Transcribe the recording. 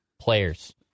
players